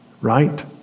Right